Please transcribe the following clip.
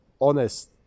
honest